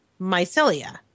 Mycelia